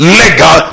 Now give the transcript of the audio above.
legal